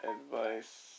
advice